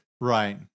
right